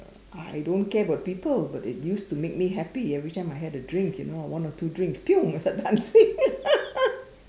I don't care about people but it used to make me happy every time I had a drink you know one or two drinks I start dancing